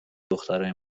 دخترای